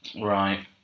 Right